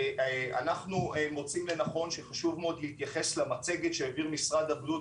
אנחנו מוצאים לנכון שחשוב מאוד להתייחס למצגת שהעביר משרד הבריאות